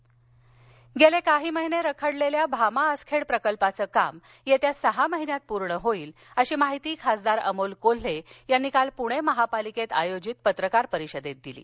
भामा असखेड गेले काही महिने रखडलेल्या भामा आसखेड प्रकल्पाचं काम येत्या सहा महिन्यात पूर्ण होईल अशी माहिती खासदार अमोल कोल्हे यांनी काल पुणे महापालिकेत आयोजित पत्रकार परिषदेत दिली